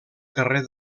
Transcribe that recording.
carrer